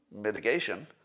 mitigation